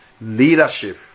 leadership